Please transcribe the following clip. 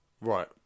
Right